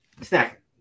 Snack